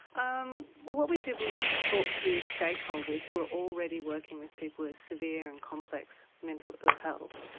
um what what we did was talk to stakeholders who were already working with people with severe and complex mental ill health,